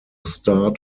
start